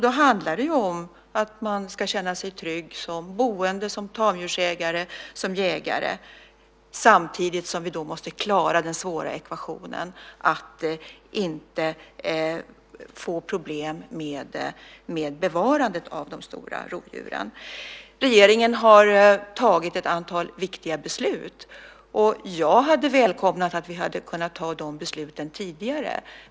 Då handlar det om att man ska känna sig trygg som boende, som tamdjursägare, som jägare, samtidigt som vi måste klara den svåra ekvationen att inte få problem med bevarandet av de stora rovdjuren. Regeringen har tagit ett antal viktiga beslut. Jag hade välkomnat att vi hade kunnat ta de besluten tidigare.